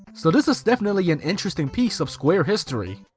so this is definitely an interesting piece of square history.